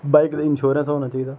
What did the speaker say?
bike दी insurance होना चाहिदा